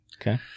Okay